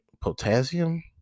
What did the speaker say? potassium